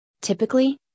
Typically